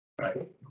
right